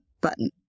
button